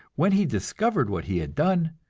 when he discovered what he had done,